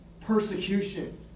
persecution